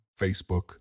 Facebook